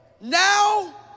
now